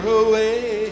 away